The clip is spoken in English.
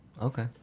Okay